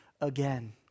again